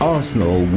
Arsenal